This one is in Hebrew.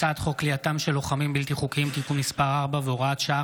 הצעת חוק כליאתם של לוחמים בלתי חוקיים (תיקון מס' 4 והוראת שעה,